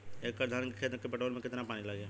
एक एकड़ धान के खेत के पटवन मे कितना पानी लागि?